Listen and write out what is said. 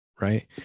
right